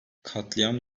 katliam